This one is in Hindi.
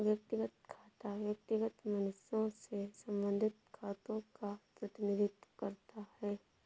व्यक्तिगत खाता व्यक्तिगत मनुष्यों से संबंधित खातों का प्रतिनिधित्व करता है